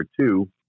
two